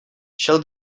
šel